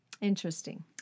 Interesting